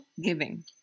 giving